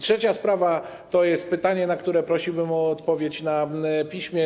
Trzecia sprawa to jest pytanie, na które prosiłbym o odpowiedź na piśmie.